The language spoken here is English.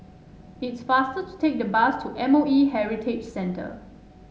it's faster to take the bus to M O E Heritage Centre